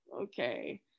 okay